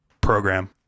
Program